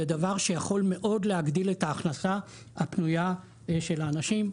זה דבר שיכול מאוד להגדיל את ההכנסה הפנויה של האנשים.